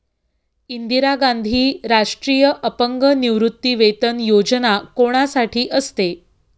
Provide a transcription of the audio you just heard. इंदिरा गांधी राष्ट्रीय अपंग निवृत्तीवेतन योजना कोणासाठी असते?